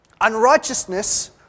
Unrighteousness